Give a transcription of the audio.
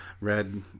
red